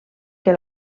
que